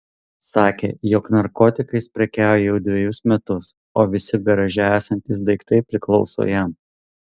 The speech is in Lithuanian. sakė jog narkotikais prekiauja jau dvejus metus o visi garaže esantys daiktai priklauso jam